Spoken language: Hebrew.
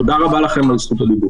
תודה רבה לכם על זכות הדיבור.